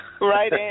Right